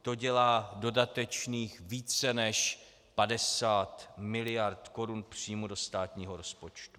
To dělá dodatečných více než 50 mld. korun příjmů do státního rozpočtu.